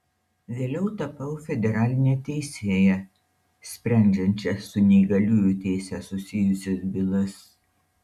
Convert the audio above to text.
vėliau tapau federaline teisėja sprendžiančia su neįgaliųjų teise susijusias bylas